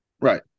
Right